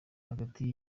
hagati